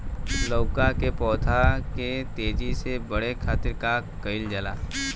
लउका के पौधा के तेजी से बढ़े खातीर का कइल जाला?